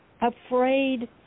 afraid